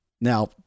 Now